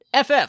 FF